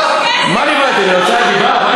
מה נבהלתם, מהוצאת דיבה?